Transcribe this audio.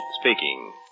speaking